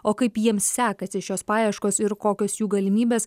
o kaip jiems sekasi šios paieškos ir kokios jų galimybės